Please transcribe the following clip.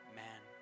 man